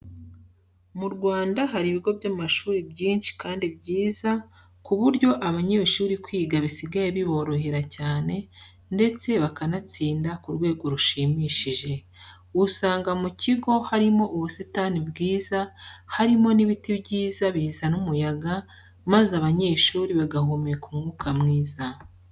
Mu Rwanda hari ibigo by'amashuri byinshi kandi byiza ku buryo abanyeshuri kwiga bisigaye biborohera cyane ndetse bakanatsinda ku rwego rushimishije. Usanga mu kigo harimo ubusitani bwiza, harimo n'ibiti byiza bizana umuyaga maze abanyeshuri bagahumeka umwuka mwiza.